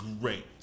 great